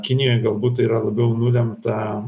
kinijoj galbūt tai yra labiau nulemta